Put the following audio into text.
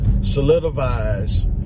solidifies